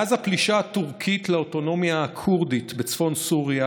מאז הפלישה הטורקית לאוטונומיה הכורדית בצפון סוריה